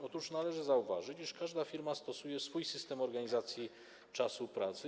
Otóż należy zauważyć, iż każda firma stosuje swój system organizacji czasu pracy.